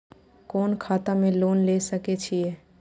कोन खाता में लोन ले सके छिये?